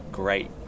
great